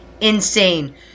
insane